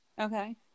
Okay